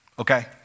okay